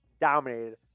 dominated